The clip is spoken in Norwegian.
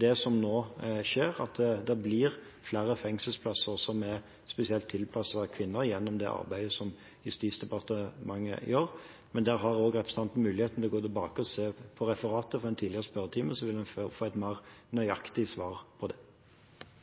det som nå skjer, at det blir flere fengselsplasser som er spesielt tilpasset kvinner, gjennom det arbeidet som Justis- og beredskapsdepartementet gjør. Men der har også representanten mulighet til å gå tilbake og se på referatet fra en tidligere spørretime, så vil hun få et mer nøyaktig svar på det.